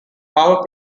harvard